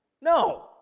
No